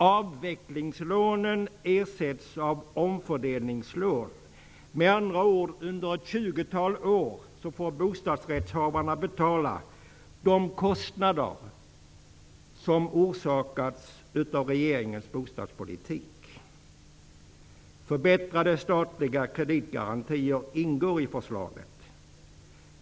Avvecklingslånen ersätts av omfördelningslån. Med andra ord får bostadsrättsinnehavarna under ett tjugotal år betala de kostnader som orsakats av regeringens bostadspolitik. Förbättrade statliga kreditgarantier ingår i förslaget.